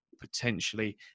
potentially